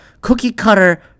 cookie-cutter